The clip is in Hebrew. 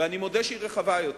ואני מודה שהיא רחבה יותר.